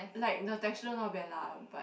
like the texture not bad lah but